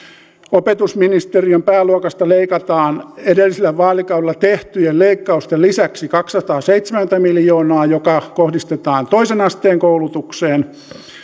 opetusministeriön pääluokasta leikataan edellisellä vaalikaudella tehtyjen leikkausten lisäksi kaksisataaseitsemänkymmentä miljoonaa joka kohdistetaan toisen asteen koulutukseen